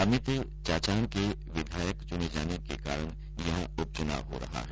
अमित चाचाणके विधायक चुने जाने के कारण यहां उप चुनाव हो रहा है